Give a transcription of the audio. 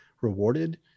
rewarded